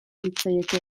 litzaioke